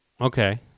Okay